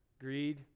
Greed